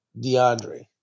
DeAndre